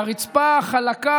והרצפה חלקה,